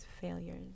failures